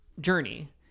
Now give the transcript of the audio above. journey